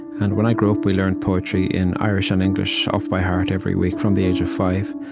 and when i grew up, we learned poetry in irish and english off by heart, every week, from the age of five.